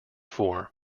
four